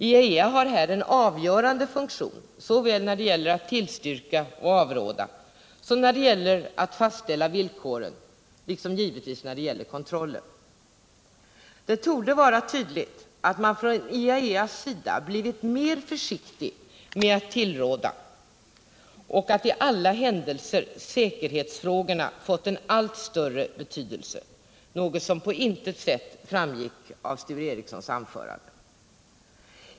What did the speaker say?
IAEA har här en avgörande funktion såväl när det gäller att tillstyrka eller avråda som när det gäller att fastställa villkoren liksom givetvis när det gäller kontrollen. Det torde vara tydligt att man från IAEA:s sida blivit mer försiktig med att tillråda och att i alla händelser säkerhetsfrågorna fått en allt större betydelse, något som på intet sätt framgick av Sture Ericsons anförande.